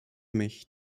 mich